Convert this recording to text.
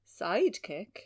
sidekick